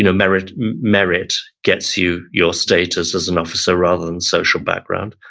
you know merit merit gets you your status as an officer, rather than social background.